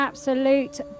Absolute